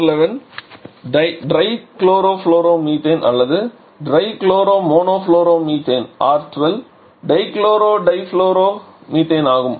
R11 trichlorofluoromethane அல்லது trichloromonofluoromethane R 12 dichlorodifluoromethane ஆகும்